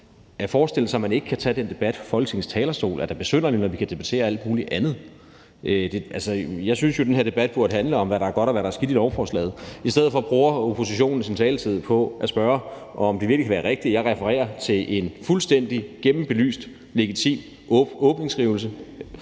At forestille sig, at man ikke kan tage den debat fra Folketingets talerstol, er da besynderligt, når vi kan debattere alt muligt andet. Altså, jeg synes jo, at den her debat burde handle om, hvad der er godt og hvad der er skidt i lovforslaget. I stedet for bruger oppositionen sin taletid på at spørge, om det virkelig kan være rigtigt, at jeg refererer til en fuldstændig gennembelyst, legitim og åben skrivelse